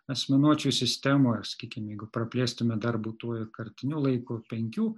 asmenuočių sistemoj ar sakykime jeigu praplėstumėme dar būtuoju kartiniu laiku penkių